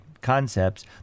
concepts